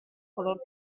color